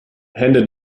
hände